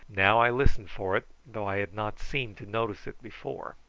now i listened for it, though i had not seemed to notice it before.